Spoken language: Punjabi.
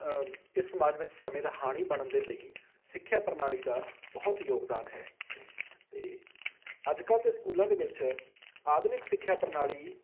ਇਸ ਸਮਾਜ ਵਿੱਚ ਸਮੇਂ ਦਾ ਹਾਣੀ ਬਣਨ ਦੇ ਲਈ ਸਿੱਖਿਆ ਪ੍ਰਣਾਲੀ ਦਾ ਬਹੁਤ ਯੋਗਦਾਨ ਹੈ ਅਤੇ ਅੱਜ ਕੱਲ੍ਹ ਦੇ ਸਕੂਲਾਂ ਦੇ ਵਿੱਚ ਆਧੁਨਿਕ ਸਿੱਖਿਆ ਪ੍ਰਣਾਲੀ